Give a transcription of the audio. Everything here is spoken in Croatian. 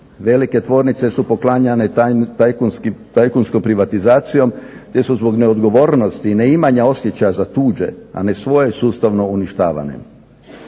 velike tvornice su poklanjane su tajkunskom privatizacijom te su zbog neodgovornosti i neimanja osjećaja za tuđe, a ne svoje sustavno uništavane.